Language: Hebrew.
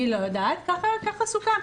אני לא יודעת, ככה סוכם.